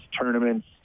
tournaments